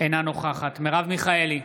אינה נוכחת מרב מיכאלי,